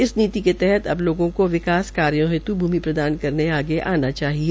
इस नीति के तहत अब लोगों को विकास कार्यो हेत् भूमि प्रदान करने आगे आना चाहिए